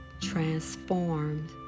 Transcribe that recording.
transformed